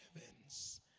heavens